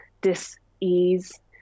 dis-ease